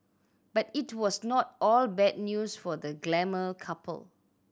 but it was not all bad news for the glamour couple